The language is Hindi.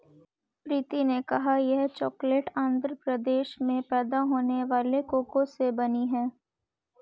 प्रीति ने कहा यह चॉकलेट आंध्र प्रदेश में पैदा होने वाले कोको से बनी है